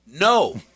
no